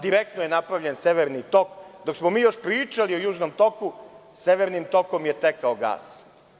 Direktno je napravljen Severni tok, dok smo mi još pričali o Južnom toku Severnim tokom je tekao gas.